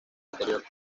anterior